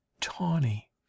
tawny